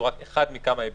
שהוא רק אחד מכמה היבטים.